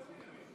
חברי הכנסת,